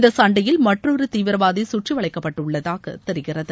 இந்த சண்டையில் மற்றொரு தீவிரவாதி கற்றி வளைக்கப்பட்டுள்ளதாக தெரிகிறது